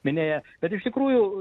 minėję kad iš tikrųjų